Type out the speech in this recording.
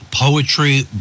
Poetry